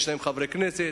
יש להם חברי כנסת,